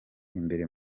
imbere